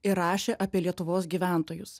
ir rašė apie lietuvos gyventojus